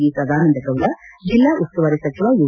V Sadananda Gowda ಜಿಲ್ಲಾ ಉಸ್ತುವಾರಿ ಸಚಿವ ಯು